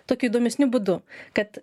tokiu įdomesniu būdu kad